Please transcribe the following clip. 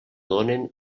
donen